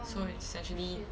so essentially